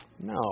No